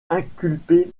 inculpé